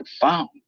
found